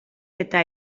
eta